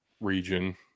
region